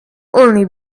only